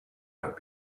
not